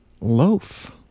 loaf